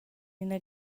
ina